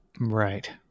Right